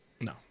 No